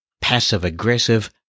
passive-aggressive